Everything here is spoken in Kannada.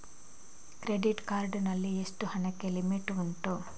ಕ್ರೆಡಿಟ್ ಕಾರ್ಡ್ ನಲ್ಲಿ ಎಷ್ಟು ಹಣಕ್ಕೆ ಲಿಮಿಟ್ ಉಂಟು?